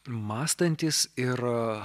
mąstantys ir